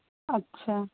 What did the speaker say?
اچھا